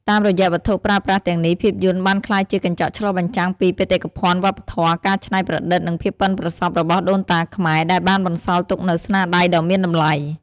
តាមរយៈវត្ថុប្រើប្រាស់ទាំងនេះ ភាពយន្តបានក្លាយជាកញ្ចក់ឆ្លុះបញ្ចាំងពីបេតិកភណ្ឌវប្បធម៌ ការច្នៃប្រឌិត និងភាពប៉ិនប្រសប់របស់ដូនតាខ្មែរ ដែលបានបន្សល់ទុកនូវស្នាដៃដ៏មានតម្លៃ។